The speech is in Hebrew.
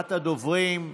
אחרונת הדוברים.